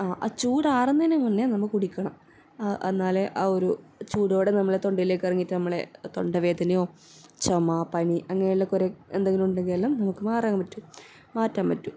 ആ ചൂടാറുന്നതിന് മുന്നേ നമ്മൾ കുടിക്കണം എന്നാലേ ആ ഒരു ചൂടോടെ നമ്മളെ തൊണ്ടയിലേക്ക് ഇറങ്ങിയിട്ട് നമ്മളെ തൊണ്ട വേദനയോ ചുമ പനി അങ്ങനെയെല്ലാം കുറേ എന്തെങ്കിലും ഉണ്ടെങ്കിലെല്ലാം നമുക്ക് മാറ്റാൻ പറ്റും